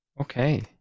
Okay